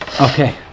Okay